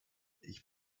ich